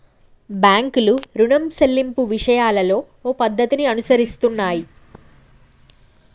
బాంకులు రుణం సెల్లింపు విషయాలలో ఓ పద్ధతిని అనుసరిస్తున్నాయి